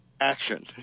action